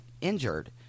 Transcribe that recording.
injured